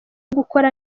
gukora